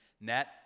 net